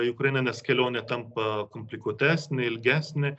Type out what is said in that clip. į ukrainą nes kelionė tampa komplikuotesnė ilgesnė